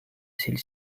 celle